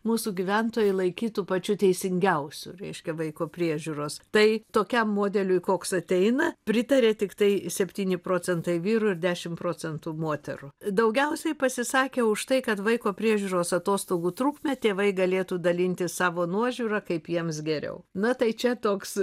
mūsų gyventojai laikytų pačiu teisingiausiu reiškia vaiko priežiūros tai tokiam modeliui koks ateina pritaria tiktai septyni procentai vyrų ir dešim procentų moterų daugiausiai pasisakė už tai kad vaiko priežiūros atostogų trukmę tėvai galėtų dalintis savo nuožiūra kaip jiems geriau na tai čia toks